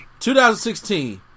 2016